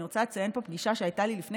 אני רוצה לציין פה פגישה שהייתה לי לפני